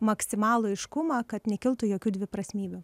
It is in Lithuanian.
maksimalų aiškumą kad nekiltų jokių dviprasmybių